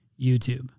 YouTube